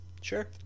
Sure